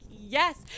yes